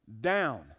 down